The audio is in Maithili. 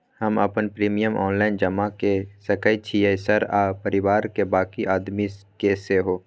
हम अपन प्रीमियम ऑनलाइन जमा के सके छियै सर आ परिवार के बाँकी आदमी के सेहो?